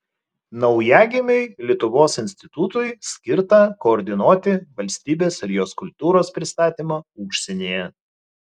naujagimiui lietuvos institutui skirta koordinuoti valstybės ir jos kultūros pristatymą užsienyje